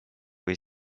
või